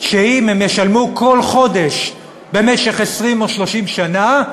שאם הם ישלמו כל חודש במשך 20 או 30 שנה,